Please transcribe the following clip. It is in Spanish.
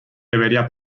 debería